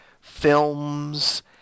films